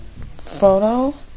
photo